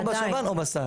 או בשב"ן או בסל.